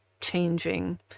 changing